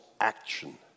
action